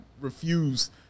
refuse